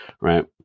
right